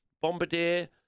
bombardier